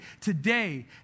today